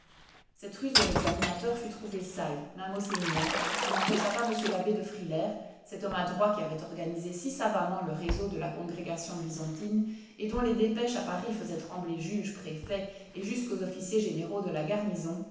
cette ruse de l'examinateur fut trouvée sale même au séminaire ce qui n'empêcha pas m l'abbé de frilair cet homme adroit qui avait organisé si savamment le réseau de la congrégation bisontine et dont les dépêches à paris faisaient trembler juges préfet et jusqu'aux officiers généraux de la garnison